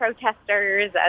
protesters